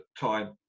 time